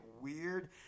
weird